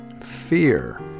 fear